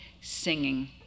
singing